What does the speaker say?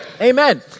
Amen